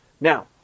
Now